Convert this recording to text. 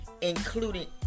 including